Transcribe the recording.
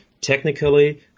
technically